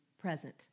present